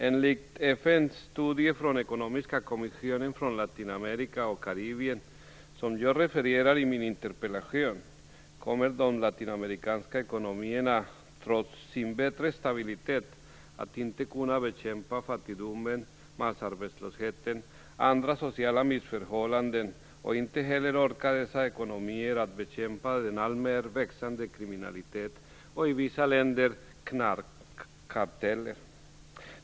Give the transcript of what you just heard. Enligt FN:s studie från Karibien som jag refererar till i min interpellation kommer de latinamerikanska ekonomierna, trots en bättre stabilitet, inte att kunna bekämpa fattigdomen, massarbetslösheten och andra sociala missförhållanden. Inte heller orkar dessa ekonomier att bekämpa en allmänt växande kriminalitet och, i vissa länder, knarkkarteller.